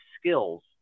skills